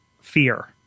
fear